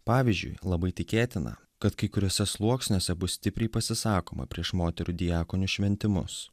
pavyzdžiui labai tikėtina kad kai kuriuose sluoksniuose bus stipriai pasisakoma prieš moterų diakonių šventimus